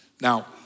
Now